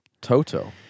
toto